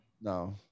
No